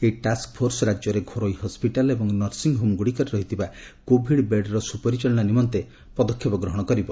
ଏହି task force ରାଜ୍ୟରେ ଘରୋଇ ହସ୍କିଟାଲ୍ ଏବଂ ନର୍ସିଂହୋମ୍ଗୁଡ଼ିକରେ ରହିଥିବା କୋଭିଡ୍ ବେଡ୍ର ସୁପରିଚାଳନା ନିମନ୍ତେ ପଦକ୍ଷେପ ଗ୍ରହଣ କରିବ